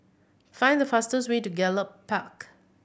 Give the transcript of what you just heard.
find the fastest way to Gallop Park